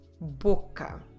boca